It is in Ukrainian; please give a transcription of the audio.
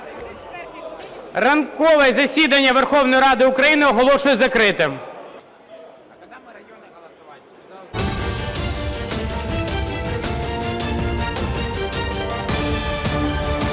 Ранкове засідання Верховної Ради України оголошую закритим.